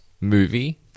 movie